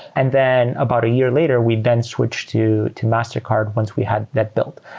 and then about a year later, we then switched to to mastercard once we had that built.